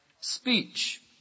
speech